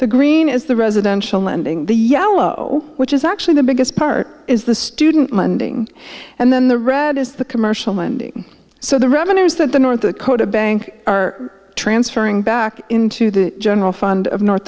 the green is the residential lending the yellow which is actually the biggest part is the student lending and then the red is the commercial lending so the revenues that the north dakota bank are transferring back into the general fund of north